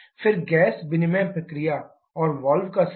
फिर गैस विनिमय प्रक्रिया और वाल्व का समय